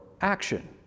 action